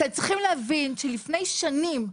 לפני שנים,